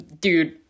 dude